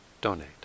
donate